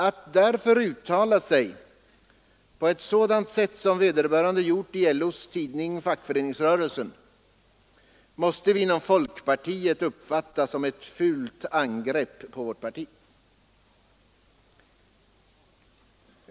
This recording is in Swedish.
Att därför uttala sig på ett sådant sätt som vederbörande gjort i LO:s tidning Fackföreningsrörelsen måste vi inom folkpartiet uppfatta som ett fult angrepp på vårt parti.